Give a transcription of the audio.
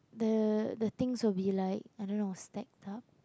the the things will be like I don't know stack up